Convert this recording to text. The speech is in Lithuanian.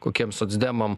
kokiem socdemam